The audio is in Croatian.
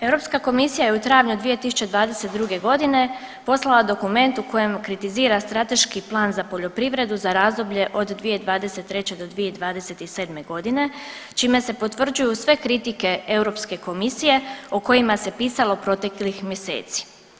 Europska komisija je u travnju 2022. godine poslala dokument u kojem kritizira Strateški plan za poljoprivredu za razdoblje od 2023. do 2027. godine čime se potvrđuju sve kritike Europske komisije o kojima se pitalo proteklih mjeseci.